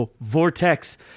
vortex